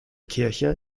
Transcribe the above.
kirche